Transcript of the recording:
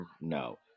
no